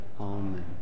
Amen